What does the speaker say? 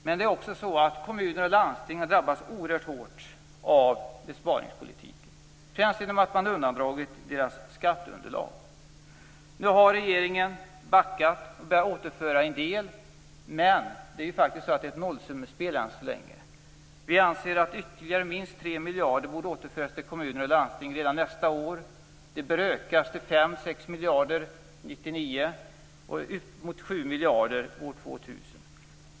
Men dessutom har kommuner och landsting drabbats oerhört hårt av besparingspolitiken, främst genom att man har undandragit deras skatteunderlag. Nu har regeringen backat och börjat återföra en del, men än så länge är det ett nollsummespel. Vi anser att ytterligare minst 3 miljarder borde återföras till kommuner och landsting redan nästa år. Det bör ökas till 5-6 miljarder år 1999 och uppemot 7 miljarder år 2000.